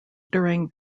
during